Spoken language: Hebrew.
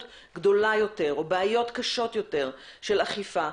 גדולה יותר או בעיות קשות יותר של אכיפה,